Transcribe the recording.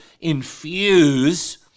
infuse